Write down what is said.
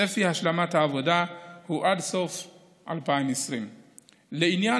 צפי השלמת העבודה הוא עד סוף 2020. לעניין